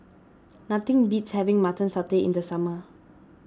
nothing beats having Mutton Satay in the summer